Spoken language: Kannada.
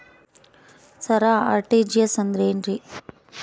ಸರ ಆರ್.ಟಿ.ಜಿ.ಎಸ್ ಅಂದ್ರ ಏನ್ರೀ?